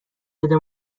بده